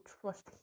trust